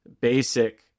basic